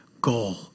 goal